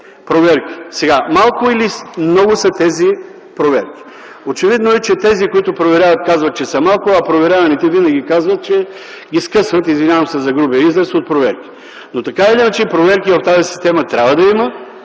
Малко или много са тези проверки? Очевидно е - тези, които проверяват, казват, че са малко, а проверяваните винаги казват, че ги скъсват, извинявам се за грубия израз, от проверки. Така или иначе проверки в тази система трябва да има.